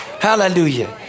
Hallelujah